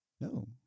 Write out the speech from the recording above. No